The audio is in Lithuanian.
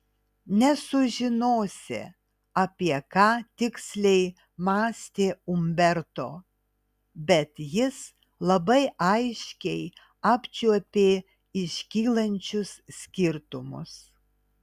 nesužinosi apie ką tiksliai mąstė umberto bet jis labai aiškiai apčiuopė iškylančius skirtumus